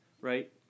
right